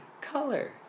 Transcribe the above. color